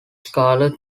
scarlet